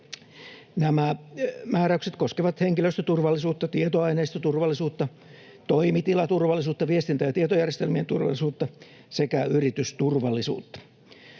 Nämä määräykset koskevat henkilöstöturvallisuutta, tietoaineistoturvallisuutta, toimitilaturvallisuutta, viestintä- ja tietojärjestelmien turvallisuutta sekä yritysturvallisuutta.